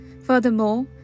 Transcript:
Furthermore